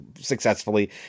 successfully